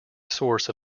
source